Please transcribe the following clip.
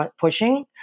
pushing